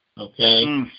okay